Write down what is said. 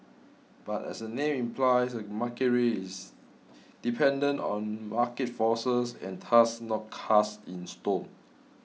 but as the name implies a market rate is dependent on market forces and thus not cast in stone